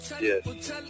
Yes